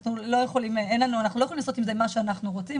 אנחנו לא יכולים לעשות עם זה מה שאנחנו רוצים,